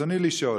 רצוני לשאול: